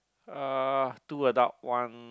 uh two adult one